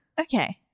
Okay